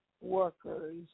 workers